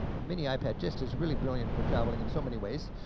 a mini ipad just is really brilliant for traveling in so many ways.